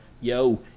yo